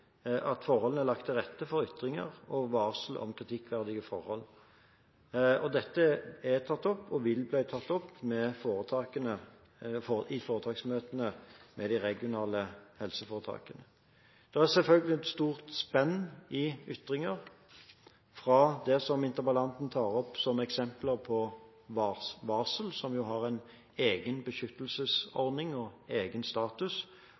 at forholdene er lagt til rette for ytringer og for å varsle om kritikkverdige forhold. Dette er tatt opp og vil bli tatt opp i foretaksmøtene med de regionale helseforetakene. Det er selvfølgelig et stort spenn i ytringer, fra på den ene siden det som interpellanten tar opp som eksempler på varsel som har en egen beskyttelsesordning og egen status,